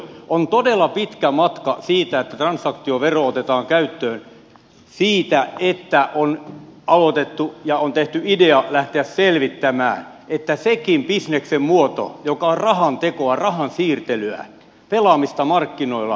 on todella pitkä matka siihen että transaktiovero otetaan käyttöön siitä että on aloitettu ja on tehty idea lähteä selvittämään että sekin bisneksen muoto joka on rahan tekoa rahan siirtelyä pelaamista markkinoilla tulisi verotuksen piiriin